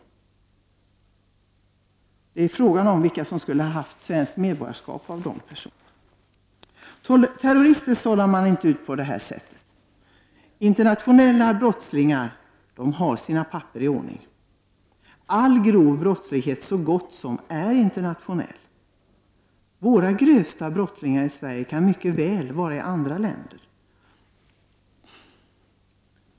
Frågan är om vilka av dessa personer som egentligen skulle ha haft svenskt medborgarskap. Terrorister sållar man inte ut på det här sättet. Internationella brottslingar har sina papper i ordning. Så gott som all grov brottslighet är internationell. Våra grövsta svenska brottslingar kan mycket väl befinna sig i andra länder.